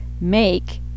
make